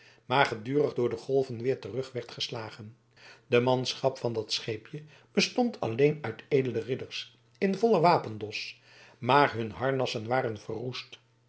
maar gedurig door de golven weer terug werd geslagen de manschap van dat scheepje bestond alleen uit edele ridders in vollen wapendos maar hun harnassen waren verroest